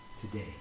today